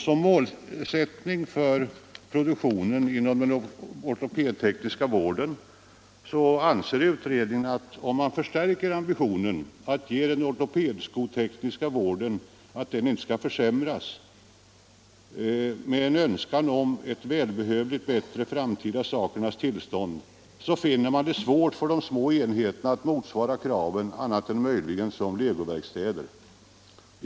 Som målsättning för produktionen anser utredningen att om man förstärker ambitionen att den ortopedskotekniska vården inte skall försämras med en önskan om ett välbehövligt bättre framtida sakernas tillstånd, blir det svårt för de små enheterna att motsvara kraven annat än möjligen som legoverkstäder.